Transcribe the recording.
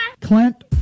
Clint